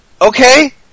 okay